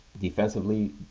Defensively